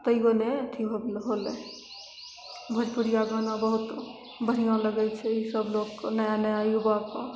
तइयो नहि अथी हो होलै भोजपुरिया गाना बहुत बढ़िआँ लगै छै ई सभ लोक के नया नया युवाके